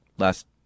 last